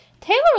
Taylor